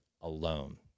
alone